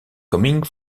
coming